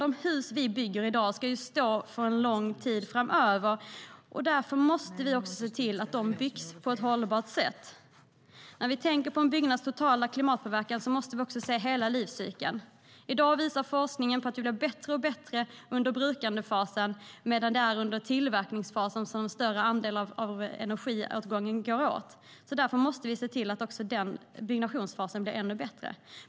De hus vi bygger i dag ska stå lång tid framöver. Därför måste vi också se till att de byggs på ett hållbart sätt. När vi tänker på en byggnads totala klimatpåverkan måste vi också se hela livscykeln. I dag visar forskningen att vi blir bättre och bättre under brukandefasen medan det är under tillverkningsfasen som en större andel energi går åt. Därför måste vi se till att också byggnationsfasen blir ännu bättre.